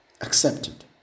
accepted